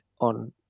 on